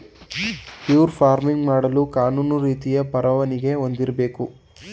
fur farming ಮಾಡಲು ಕಾನೂನು ರೀತಿಯ ಪರವಾನಿಗೆ ಹೊಂದಿರಬೇಕು